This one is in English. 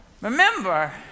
Remember